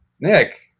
Nick